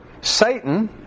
Satan